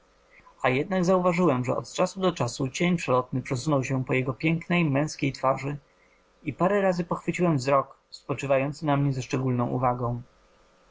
a jednak zauważyłem że od czasu do czasu cień przelotny przesunął się po jego pięknej męskiej twarzy i parę razy pochwyciłem wzrok spoczywający na mnie ze szczególną uwagą